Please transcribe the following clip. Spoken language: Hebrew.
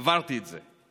עברתי את זה.